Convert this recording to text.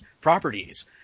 properties